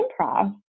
improv